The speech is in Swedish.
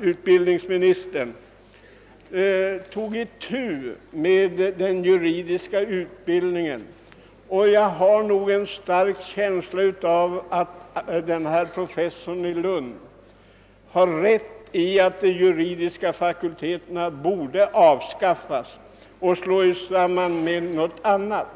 utbildningsministern tar itu med den juridiska utbildningen, och jag har en stark känsla av att den här professorn i Lund har rätt i att de juridiska fakulteterna borda avskaffas och slås samman med någonting annat.